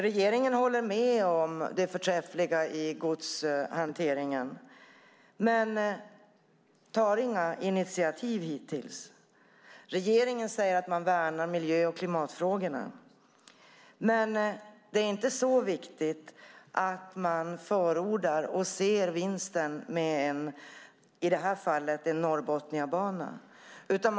Regeringen håller med om det förträffliga i godshanteringen men tar inga initiativ. Regeringen säger att man värnar miljö och klimatfrågorna, men det är inte så viktigt att man förordar och ser vinsten med Norrbotniabanan.